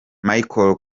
michael